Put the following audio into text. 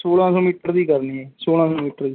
ਸੋਲਾਂ ਸੌ ਮੀਟਰ ਦੀ ਕਰਨੀ ਹੈ ਜੀ ਸੋਲਾਂ ਸੌ ਮੀਟਰ ਦੀ